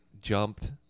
jumped